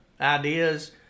ideas